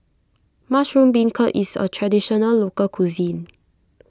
Mushroom Beancurd is a Traditional Local Cuisine